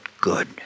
good